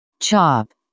Chop